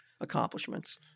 accomplishments